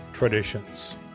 Traditions